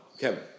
Kevin